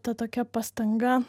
ta tokia pastanga